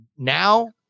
Now